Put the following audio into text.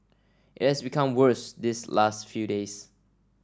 it has become worse these last few days